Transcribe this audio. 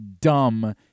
dumb